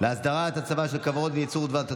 להסדרת הצבה של כוורות וייצור דבש,